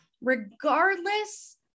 Regardless